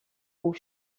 aux